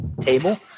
table